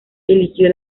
eligió